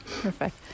Perfect